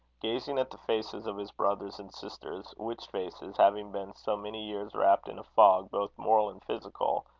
gazing at the faces of his brothers and sisters which faces having been so many years wrapt in a fog both moral and physical,